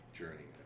journey